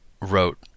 wrote